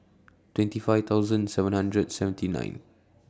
twenty five thousand seven hundred seventy nine